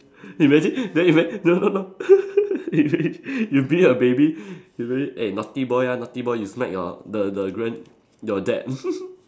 imagine then imagine no no no you beat you beat a baby you beat eh naughty boy ah naughty boy you smack your the the grand~ your dad